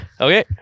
Okay